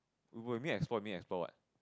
when you mean exploit you mean exploit what